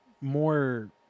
more